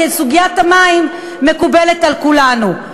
כי סוגיית המים מקובלת על כולנו.